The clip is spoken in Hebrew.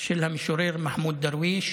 של המשורר מחמוד דרוויש